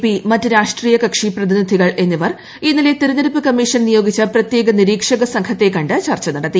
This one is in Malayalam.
പി മറ്റ് രാഷ്ട്രീയ കക്ഷി പ്രതിനിധികൾ എന്നിവർ ഇന്നലെ തിരഞ്ഞെടുപ്പ് കമ്മീഷൻ നിയോഗിച്ച പ്രത്യേക നിരീക്ഷക സംഘത്തെ കണ്ടു ചർച്ച നടത്തി